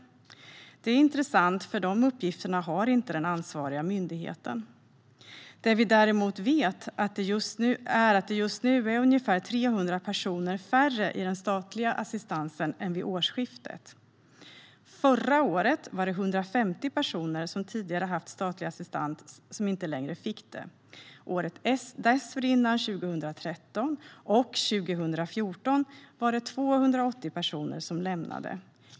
Det är intressant, för de uppgifterna har inte den ansvariga myndigheten. Det vi däremot vet är att det just nu är ungefär 300 personer färre i den statliga assistansen än vid årsskiftet. Förra året var det 150 personer som tidigare haft statlig assistans som inte längre fick det. Åren dessförinnan, 2013 och 2014, var det 280 personer som lämnade detta.